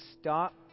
stop